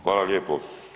Hvala lijepo.